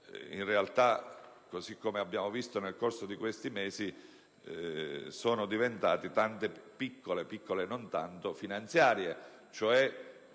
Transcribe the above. in realtà, così come abbiamo visto nel corso di questi mesi, sono diventati tante piccole (e neanche tanto piccole) finanziarie.